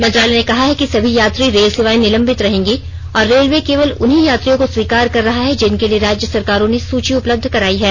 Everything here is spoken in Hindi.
मंत्रालय ने कहा है कि सभी यात्री रेल सेवाए निलंबित रहेंगी और रेलवे केवल उन्हीं यात्रियों को स्वीकार कर रहा है जिनके लिए राज्य सरकारों ने सूची उपलब्ध कराई है